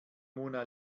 mona